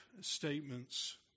statements